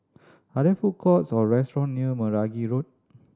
are there food courts or restaurant near Meragi Road